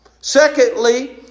Secondly